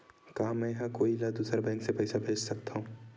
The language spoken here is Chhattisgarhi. का मेंहा कोई ला दूसर बैंक से पैसा भेज सकथव?